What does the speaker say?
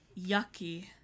yucky